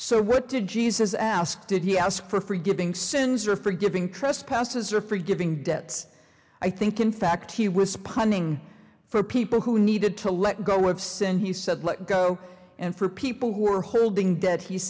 so what did jesus ask did he ask for forgiving sins or forgiving trespasses or forgiving debts i think in fact he was putting for people who needed to let go of sin he said let go and for people who are holding dead he